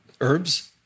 herbs